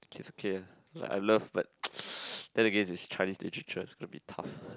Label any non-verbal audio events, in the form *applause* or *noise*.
it's okay ah like I love but *noise* then again it's Chinese literature it's going to be tough